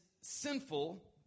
sinful